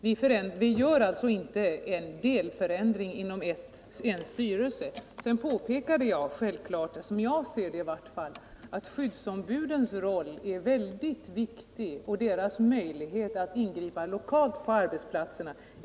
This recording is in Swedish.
Vi genomför inte en delförändring inom en styrelse. Sedan påpekade jag att det — som jag ser det i varje fall — är väldigt viktigt att skyddsombuden har möjlighet att ingripa lokalt på arbetsplatserna.